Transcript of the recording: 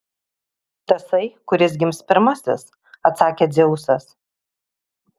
tasai kuris gims pirmasis atsakė dzeusas